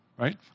right